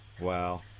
Wow